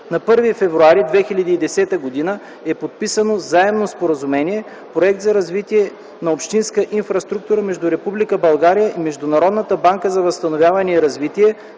На 1 февруари 2010 г. е подписано Заемното споразумение „Проект за развитие на общинската инфраструктура” между Република България и Международната банка за възстановяване и развитие